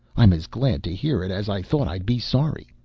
i'm as glad to hear it as i thought i'd be sorry.